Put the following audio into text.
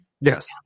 Yes